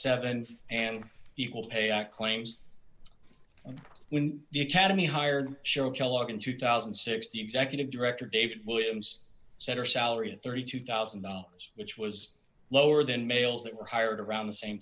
seven and equal pay act claims when the academy hired cheryl kellogg in two thousand and six the executive director david williams said her salary at thirty two thousand dollars which was lower than males that were hired around the same